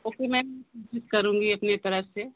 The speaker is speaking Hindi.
ओके मैम मैं कोशिश करूँगी अपनी तरफ से